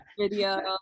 video